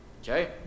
Okay